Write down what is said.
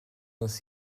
нас